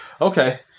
okay